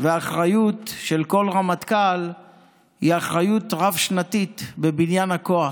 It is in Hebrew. והאחריות של כל רמטכ"ל היא אחריות רב-שנתית בבניין הכוח.